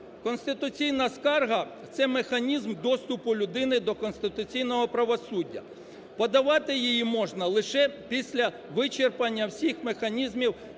Конституційна скарга – це механізм доступу людини до конституційного правосуддя. Подавати її можна лише після вичерпання всіх механізмів